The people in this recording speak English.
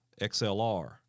XLR